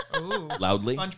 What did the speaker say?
Loudly